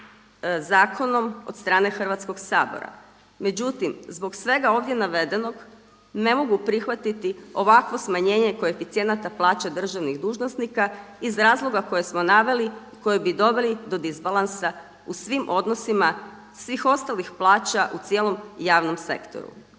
zakonom od strane Hrvatskog sabora. Međutim, zbog svega ovdje navedenog ne mogu prihvatiti ovakvo smanjenje koeficijenata plaće državnih dužnosnika iz razloga koje smo naveli i koje bi doveli do disbalansa u svim odnosima svih ostalih plaća u cijelom javnom sektoru.